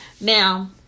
Now